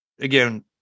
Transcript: again